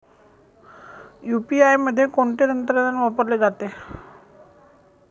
UPI मध्ये कोणते तंत्रज्ञान वापरले जाते?